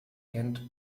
kennt